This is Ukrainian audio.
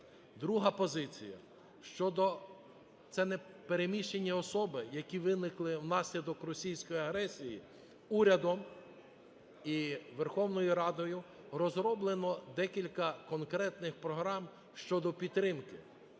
Друга позиція щодо… це переміщені особи, які виникли внаслідок російської агресії. Урядом і Верховною Радою розроблено декілька конкретних програм щодо підтримки